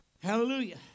Hallelujah